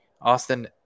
Austin